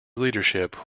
leadership